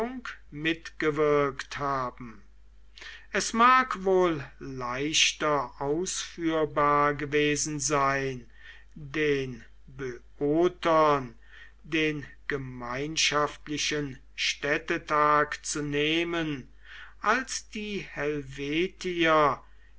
mitgewirkt haben es mag wohl leichter ausführbar gewesen sein den böotern den gemeinschaftlichen städtetag zu nehmen als die helvetier